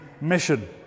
mission